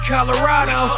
Colorado